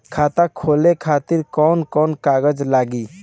खाता खोले खातिर कौन कौन कागज लागी?